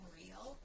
real